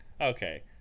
okay